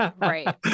Right